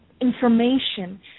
information